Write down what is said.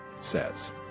says